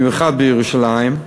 במיוחד בירושלים.